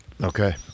okay